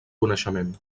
coneixement